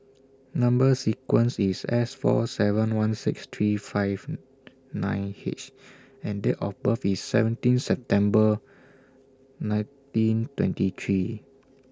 Number sequence IS S four seven one six three five nine H and Date of birth IS seventeen September nineteen twenty three